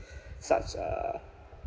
such a